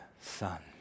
son